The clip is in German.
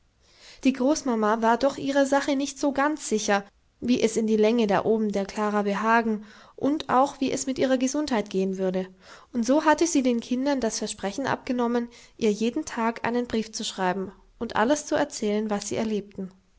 die großmama war doch ihrer sache nicht so ganz sicher wie es in die länge da droben der klara behagen und auch wie es mit ihrer gesundheit gehen würde und so hatte sie den kindern das versprechen abgenommen ihr jeden tag einen brief zu schreiben und alles zu erzählen was sie erlebten